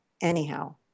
anyhow